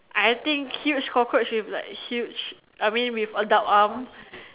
I think huge cockroach with like huge I mean with adult arms